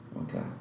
okay